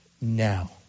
now